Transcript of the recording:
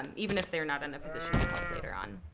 um even if they're not in a position to help later on.